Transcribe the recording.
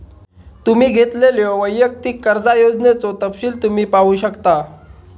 तुम्ही घेतलेल्यो वैयक्तिक कर्जा योजनेचो तपशील तुम्ही पाहू शकता